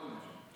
שאל אותי משהו?